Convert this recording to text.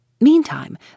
Meantime